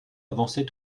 avançait